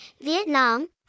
Vietnam